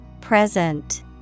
Present